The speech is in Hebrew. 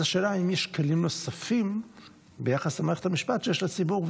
השאלה היא אם יש כלים נוספים ביחס למערכת המשפט שיש לציבור,